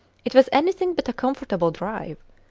it was anything but a comfortable drive,